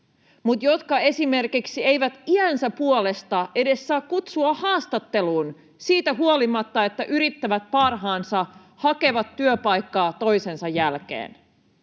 mutta jotka esimerkiksi eivät ikänsä puolesta edes saa kutsua haastatteluun siitä huolimatta, että yrittävät parhaansa, hakevat työpaikkaa toisensa jälkeen?